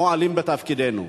מועלים בתפקידנו.